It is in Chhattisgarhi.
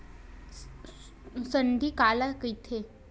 सुंडी काला कइथे?